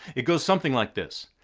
it goes something like this.